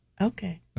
Okay